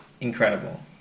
incredible